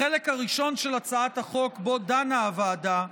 החלק הראשון של הצעת החוק שבו דנה הוועדה,